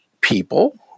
people